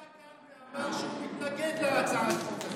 הוא היה כאן ואמר שהוא מתנגד להצעת חוק הזאת.